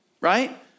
right